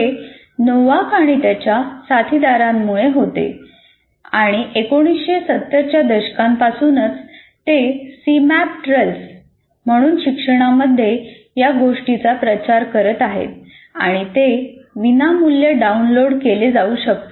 हे नोवाक आणि त्याच्या साथीदारांमुळे होते आणि 1970 च्या दशकापासूनच ते सीमॅप टूल्स म्हणून शिक्षणामध्ये या गोष्टीचा प्रचार करत आहेत आणि ते विनामूल्य डाउनलोड केले जाऊ शकते